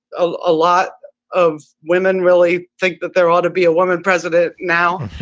ah a lot of women really think that there ought to be a woman president now.